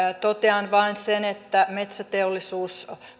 totean vain sen että metsäteollisuus